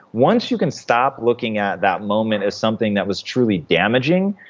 once you can stop looking at that moment as something that was truly damaging,